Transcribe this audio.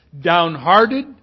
downhearted